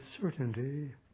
certainty